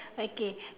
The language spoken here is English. okay